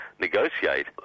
negotiate